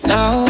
Now